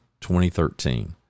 2013